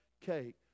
cake